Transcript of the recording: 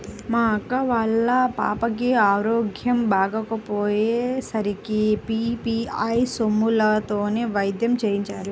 మా అక్క వాళ్ళ పాపకి ఆరోగ్యం బాగోకపొయ్యే సరికి పీ.పీ.ఐ సొమ్ములతోనే వైద్యం చేయించారు